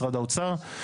משרד האוצר,